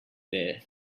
there